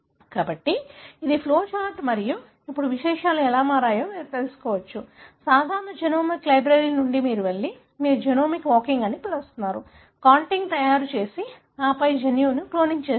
కాబట్టి ఇది flow chart మరియు ఇప్పుడు విషయాలు ఎలా మారాయో మీరు అర్థం చేసుకోవచ్చు సాధారణ జెనోమిక్ లైబ్రరీ నుండి మీరు వెళ్లి మీరు జెనోమిక్ వాకింగ్ అని పిలుస్తున్నారు కాంటిగ్ తయారు చేసి ఆపై జన్యువును క్లోనింగ్ చేస్తారు